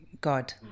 God